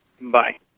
Bye